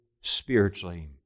spiritually